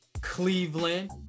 Cleveland